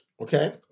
Okay